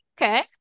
okay